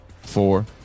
four